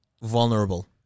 vulnerable